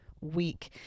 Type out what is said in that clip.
week